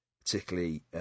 particularly